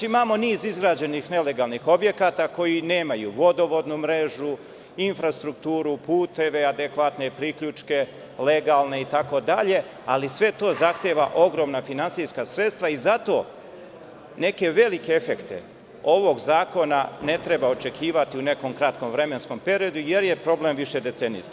Imamo niz izgrađenih nelegalnih objekata koji nemaju vodovodnu mrežu, infrastrukturu, puteve, adekvatne priključke, legalne itd, ali sve to zahteva ogromna finansijska sredstva i zato neke velike efekte ovog zakona ne treba očekivati u nekom kratkom vremenskom periodu, jer je problem višedecenijski.